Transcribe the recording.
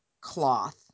cloth